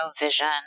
vision